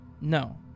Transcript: no